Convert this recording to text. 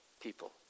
people